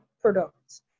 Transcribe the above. products